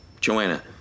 Joanna